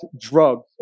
drugs